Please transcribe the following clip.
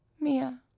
Mia